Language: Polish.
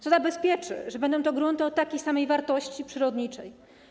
Co zabezpieczy, że będą to grunty o takiej samej wartości przyrodniczej?